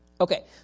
Okay